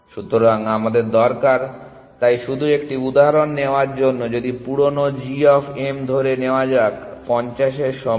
সুতরাং আমাদের দরকার তাই শুধু একটি উদাহরণ নেওয়ার জন্য যদি পুরানো g অফ m ধরে নেয়া যাক 50 এর সমান